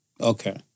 Okay